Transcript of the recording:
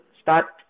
start